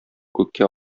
күккә